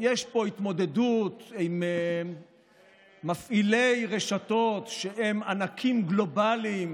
יש פה התמודדות עם מפעילי רשתות שהם ענקים גלובליים.